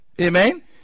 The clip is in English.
Amen